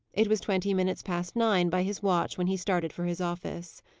it was twenty minutes past nine by his watch when he started for his office.